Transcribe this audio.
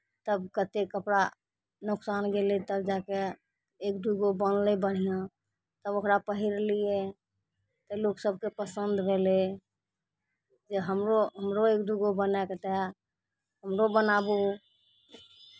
तब कतेक कपड़ा नोकसान गेलै तब जा कऽ एक दू गो बनलै बढ़िआँ तब ओकरा पहिरलियै तऽ लोक सभकेँ पसन्द भेलै जे हमरो हमरो एक दू गो बनाए कऽ दए हमरो बनाबू ओ